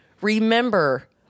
remember